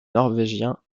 norvégien